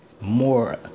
more